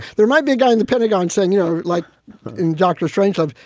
there might be a guy in the pentagon saying, you know, like in dr. strangelove,